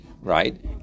Right